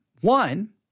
One